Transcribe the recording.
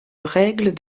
règles